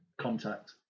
contact